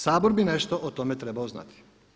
Sabor bi nešto o tome trebao znati.